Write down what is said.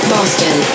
Boston